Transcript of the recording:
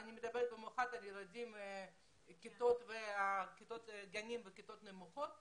אני מדברת במיוחד על ילדי גנים וכיתות נמוכות.